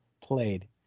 played